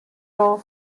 role